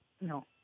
no